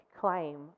claim